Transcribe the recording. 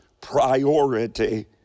priority